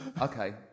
Okay